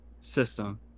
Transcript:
system